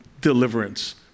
deliverance